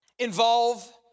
Involve